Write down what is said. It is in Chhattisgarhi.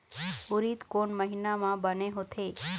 उरीद कोन महीना म बने होथे?